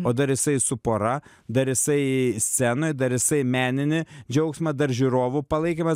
o dar jisai su pora dar jisai scenoj dar jisai meninį džiaugsmą dar žiūrovų palaikymas